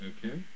Okay